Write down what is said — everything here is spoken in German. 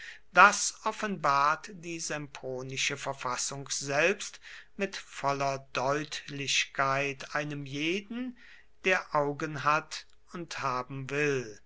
das offenbart die sempronische verfassung selbst mit voller deutlichkeit einem jeden der augen hat und haben will